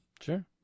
Sure